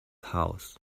house